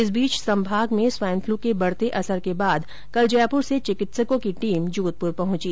इस बीच संभाग में स्वाइन फलू के बढ़ते असर के बाद कल जयपुर से चिकित्सकों की टीम जोधपुर पहुची